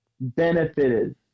benefited